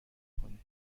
کنید